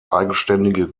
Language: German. eigenständige